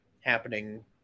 happening